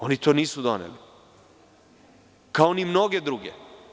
Oni to nisu doneli, kao ni mnoge druge.